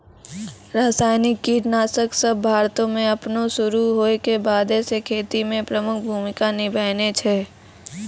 रसायनिक कीटनाशक सभ भारतो मे अपनो शुरू होय के बादे से खेती मे प्रमुख भूमिका निभैने छै